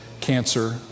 cancer